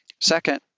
Second